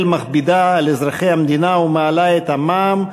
מכבידה על אזרחי המדינה ומעלה את המע"מ,